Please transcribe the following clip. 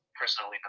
personally